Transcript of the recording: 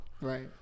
Right